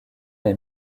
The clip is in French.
les